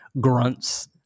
grunts